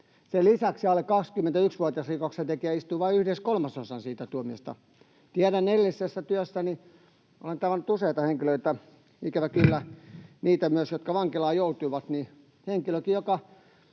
Sen lisäksi alle 21-vuotias rikoksentekijä istuu vain yhden kolmasosan siitä tuomiosta. Tiedän edellisestä työstäni, kun olen tavannut useita henkilöitä ja ikävä kyllä myös niitä, jotka vankilaan joutuivat, että henkilökin, joka